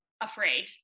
afraid